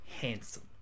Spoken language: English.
handsome